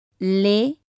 les